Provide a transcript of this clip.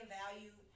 value